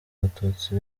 abatutsi